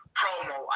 promo